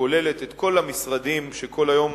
שכוללת את כל המשרדים שכל היום